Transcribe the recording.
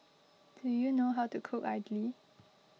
do you know how to cook Idly